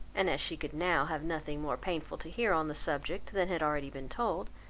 and as she could now have nothing more painful to hear on the subject than had already been told,